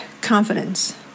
confidence